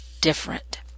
different